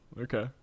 Okay